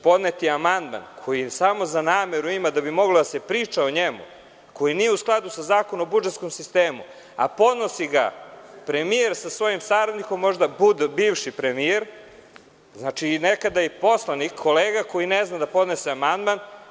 Podnet je amandman koji samo za nameru ima da bi moglo da se priča o njemu, koji nije u skladu sa Zakonom o budžetskom sistemu, a podnosi ga premijer, može da bude i bivši premijer sa svojim saradnikom, nekada i poslanik, kolega koji ne zna da podnese amandman.